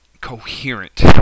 coherent